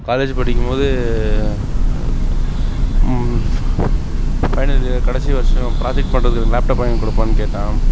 college படிக்கும்போது பையனுக்கு கடைசி வர்ஷம் ப்ராஜெக்ட் பண்றதுக்கு எனக்கு லேப்டாப் வாங்கி கொடுப்பானு கேட்டான்